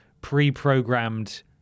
pre-programmed